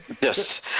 Yes